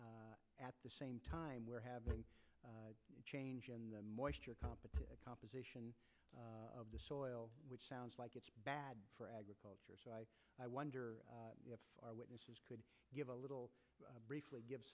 rain at the same time we're having a change in that moisture competent composition of the soil which sounds like it's bad for agriculture so i wonder if witnesses could give a little briefly give